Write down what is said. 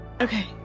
Okay